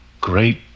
great